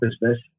business